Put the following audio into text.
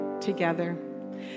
together